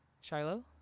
Shiloh